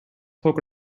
poke